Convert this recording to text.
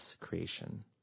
creation